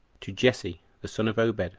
to jesse the son of obed,